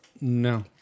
No